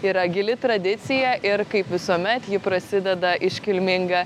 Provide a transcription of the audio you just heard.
yra gili tradicija ir kaip visuomet ji prasideda iškilminga